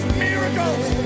miracles